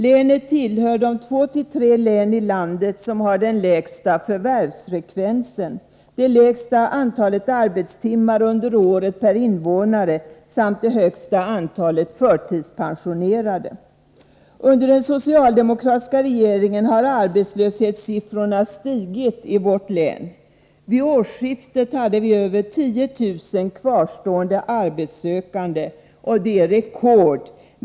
Länet tillhör de två tre län i landet som har den lägsta förvärvsfrekvensen, det lägsta antalet arbetstimmar under året per invånare samt det högsta antalet förtidspensionerade. Under den socialdemokratiska regeringen har arbetslöshetssiffrorna stigit i vårt län. Vid årsskiftet hade vi över 10 000 kvarstående arbetssökande, och det är rekord.